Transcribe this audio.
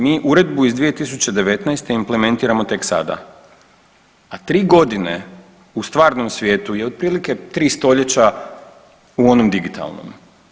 Mi uredbu iz 2019. implementiramo tek sada, a 3 godine u stvarnom svijetu je otprilike 3 stoljeća u onom digitalnom.